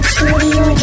Studio